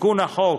תיקון החוק